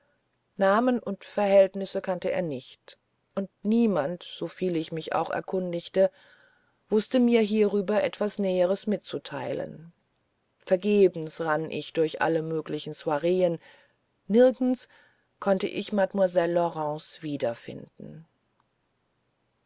namen und verhältnisse kannte er nicht und niemand soviel ich mich auch erkundigte wußte mir hierüber etwas näheres mitzuteilen vergebens rann ich durch alle möglichen soireen nirgends konnte ich mademoiselle laurence wiederfinden